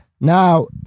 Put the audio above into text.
Now